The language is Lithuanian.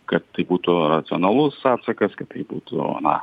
kad tai būtų racionalus atsakas kad tai būtų na